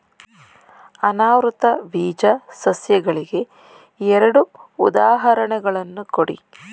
ಅನಾವೃತ ಬೀಜ ಸಸ್ಯಗಳಿಗೆ ಎರಡು ಉದಾಹರಣೆಗಳನ್ನು ಕೊಡಿ